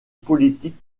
politique